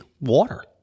water